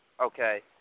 okay